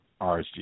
RSG